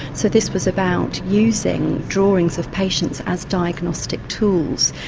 so this was about using drawings of patients as diagnostic tools.